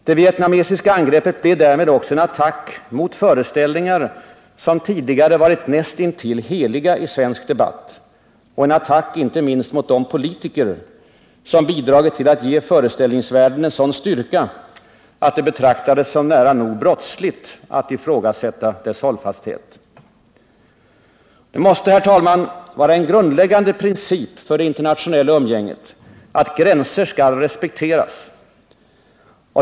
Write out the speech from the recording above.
Det vietnamesiska angreppet blev därmed också en attack mot föreställningar som tidigare varit näst intill heliga i svensk debatt, och en attack inte minst mot de politiker som bidragit till att ge föreställningsvärlden en sådan styrka, att det betraktades som nära nog brottsligt att ifrågasätta dess hållfasthet. Det måste, herr talman, vara en grundläggande princip för det internationella umgänget att gränser skall respekteras.